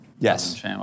Yes